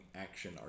action